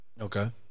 Okay